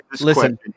listen